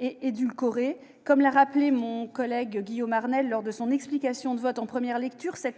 et édulcorées. Comme l'a rappelé mon collègue Guillaume Arnell lors de son explication de vote en première lecture, cette